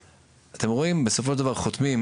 בסופו של דבר חותמים,